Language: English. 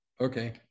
okay